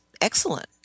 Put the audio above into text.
excellent